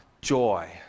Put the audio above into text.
joy